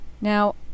now